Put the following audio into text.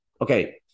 Okay